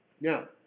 Now